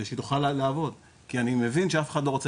בציוד שקיים היום המגבלות הן כאלה מורכבות שאתה לא תגיע